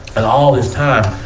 and all this time,